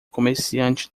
comerciante